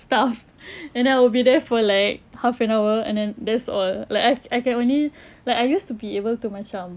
stuff and then I'll be there for like half an hour and then that's all like I I can only like I used to be able to macam